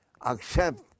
accept